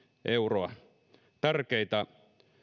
eurolla tärkeitä